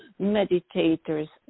meditators